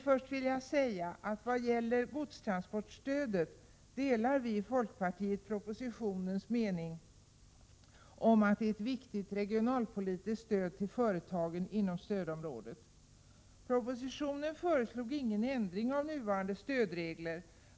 Först vill jag dock när det gäller godstransportstödet säga att vi i folkpartiet ansluter oss till vad som sägs i propositionen om att detta stöd är ett viktigt regionalpolitiskt stöd till företagen inom stödområdet. I propositionen föreslås ingen ändring av nuvarande stödregler.